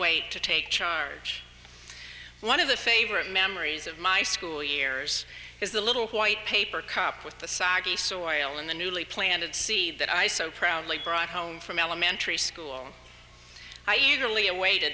wait to take charge one of the favorite memories of my school years is the little white paper cups with the soggy soriano in the newly planted see that i so proudly brought home from elementary school i eagerly awa